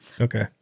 Okay